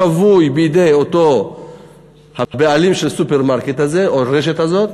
שבוי בידי אותם בעלים של הסופרמרקט הזה או הרשת הזאת,